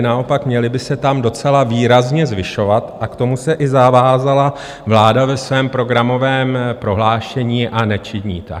Naopak, měly by se tam docela výrazně zvyšovat, a k tomu se i zavázala vláda ve svém programovém prohlášení, a nečiní tak.